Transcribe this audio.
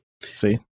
See